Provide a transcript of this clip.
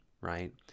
right